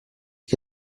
che